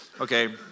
Okay